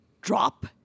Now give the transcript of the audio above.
drop